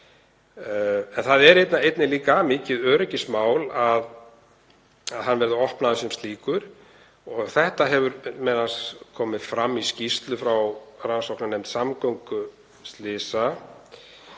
Það er einnig mikið öryggismál að hann verði opnaður sem slíkur. Það hefur m.a. komið fram í skýrslu frá rannsóknarnefnd samgönguslysa